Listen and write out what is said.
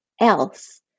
else